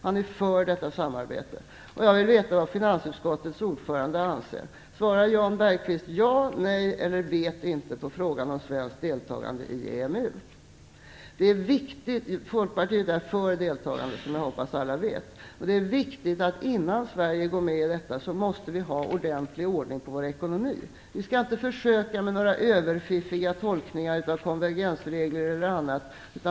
Han är för detta samarbete. Jag vill veta vad finansutskottets ordförande anser. Svarar Jan Bergqvist ja, nej eller vet inte på frågan om svenskt deltagande i EMU? Folkpartiet är för ett deltagande, och det hoppas jag alla vet. Innan Sverige går med i detta är det viktigt att vi har ordentlig ordning på vår ekonomi. Vi skall inte försöka med några överfiffiga tolkningar av konvergensregler eller annat.